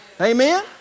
Amen